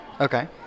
Okay